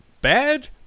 bad